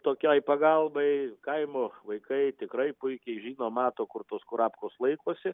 tokiai pagalbai kaimo vaikai tikrai puikiai žino mato kur tos kurapkos laikosi